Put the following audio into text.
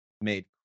made